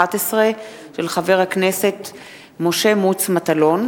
לדיון מוקדם: